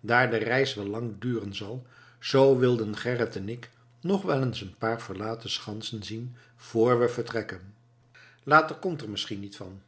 daar de reis wel lang duren zal zoo wilden gerrit en ik nog wel eens een paar verlaten schansen zien vr we vertrekken later komt er misschien niet van